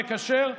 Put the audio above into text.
המקשר,